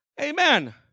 Amen